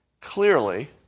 Clearly